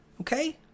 Okay